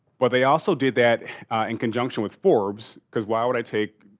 but they also did that in conjunction with forbes because why would i take,